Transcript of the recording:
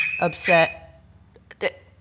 upset